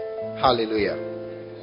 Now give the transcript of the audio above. hallelujah